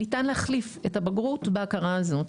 ניתן להחליף את הבגרות בהכרה הזו.